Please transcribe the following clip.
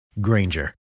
Granger